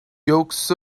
yolks